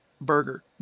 burger